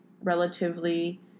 relatively